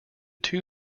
two